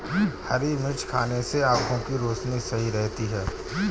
हरी मिर्च खाने से आँखों की रोशनी सही रहती है